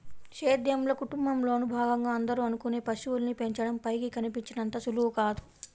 సేద్యంలో, కుటుంబంలోను భాగంగా అందరూ అనుకునే పశువుల్ని పెంచడం పైకి కనిపించినంత సులువు కాదు